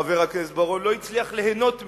חבר הכנסת בר-און, לא הצליח ליהנות ממנה,